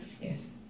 Yes